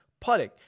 putting